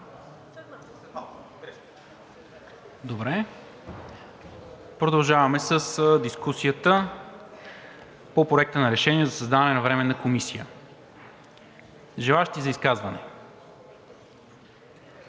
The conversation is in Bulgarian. колеги, продължаваме с дискусията по Проекта на решение за създаване на Временна комисия. Желаещи за изказване?